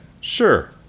Sure